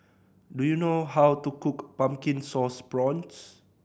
do you know how to cook Pumpkin Sauce Prawns